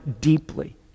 deeply